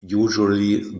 usually